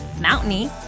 mountainy